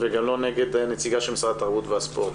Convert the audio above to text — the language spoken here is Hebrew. וגם לא נגד הנציגה של משרד התרבות והספורט,